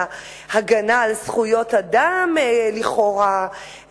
בהגנה על זכויות אזרח לכאורה,